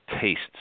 tastes